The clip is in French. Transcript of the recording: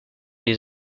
les